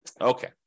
okay